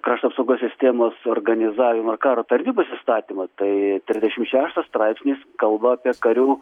krašto apsaugos sistemos organizavimą ir karo tarnybos įstatymą tai trisdešim šeštas straipsnis kalba apie karių